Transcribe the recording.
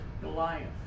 Goliath